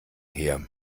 her